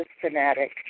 fanatic